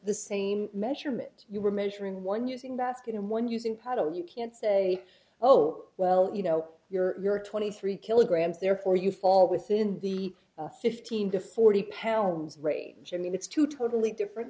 the same measurement you were measuring one using basket and one using pattern you can't say oh well you know you're twenty three kilograms therefore you fall within the fifteen to forty pounds range i mean it's two totally different